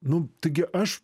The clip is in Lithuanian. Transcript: nu taigi aš